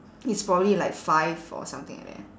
it's probably like five or something like that